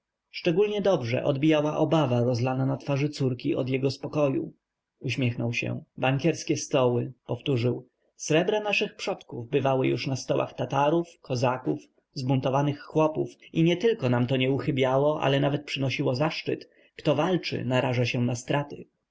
szczególniej dobrze odbijała obawa rozlana na twarzy córki od jego spokoju uśmiechnął się bankierskie stoły powtórzył srebra naszych przodków bywały już na stołach tatarów kozaków zbuntowanych chłopów i nietylko nam to nie uchybiało ale nawet przynosiło zaszczyt kto walczy naraża się na straty